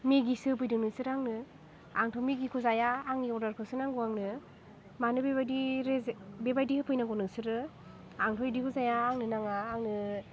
मिगिसो होफैदों नोंसोर आंनो आंथ' मिगिखौ जाया आंनि अर्डारखौसो नांगौ आंनो मानो बेबायदि बेबायदि होफैनांगौ नोंसोरो आंथ' इदिखौ जाया आंनो नाङा आंनो